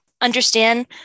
understand